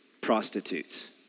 prostitutes